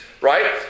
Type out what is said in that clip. right